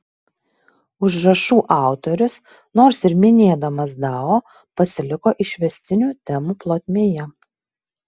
užrašų autorius nors ir minėdamas dao pasiliko išvestinių temų plotmėje